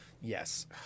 Yes